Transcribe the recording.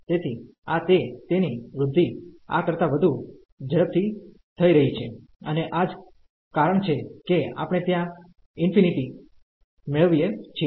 તેથી આ તે તેની વૃદ્ધિ આ કરતા વધુ ઝડપથી થઈ રહી છે અને આ જ કારણ છે કે આપણે ત્યાં ઇન્ફિનિટી મેળવીએ છીએ